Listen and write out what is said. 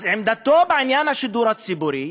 אז עמדתו בעניין שידור הציבורי ידועה: